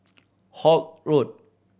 Holt Road